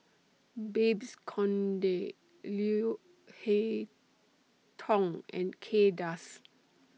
Babes Conde Leo Hee Tong and Kay Das